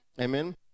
Amen